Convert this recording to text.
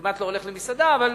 אני כמעט לא הולך למסעדה, אבל